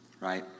right